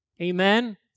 amen